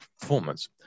performance